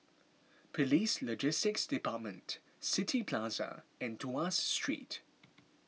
Police Logistics Department City Plaza and Tuas Street